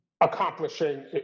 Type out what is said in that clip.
accomplishing